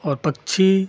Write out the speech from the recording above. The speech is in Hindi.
और पक्षी